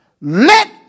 let